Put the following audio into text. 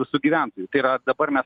visų gyventojų tai yra dabar mes